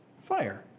Fire